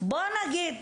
בוא נגיד,